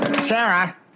Sarah